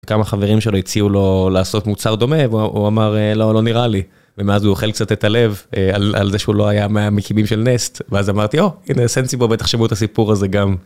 כמה חברים שלו הציעו לו לעשות מוצר דומה והוא אמר לא, לא נראה לי. ומאז הוא אוכל קצת את הלב על זה שהוא לא היה מהמקימים של נסט. ואז אמרתי או הנה, נסנסיבו בטח שמעו את הסיפור הזה גם.